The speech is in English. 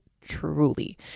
truly